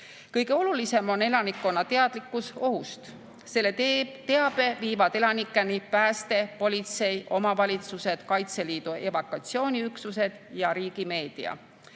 Kõige olulisem on elanikkonna teadlikkus ohust. Selle teabe viivad elanikeni pääste[teenistus], politsei, omavalitsused, Kaitseliidu evakuatsiooniüksused ja riigimeedia. Teine